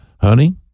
honey